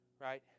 right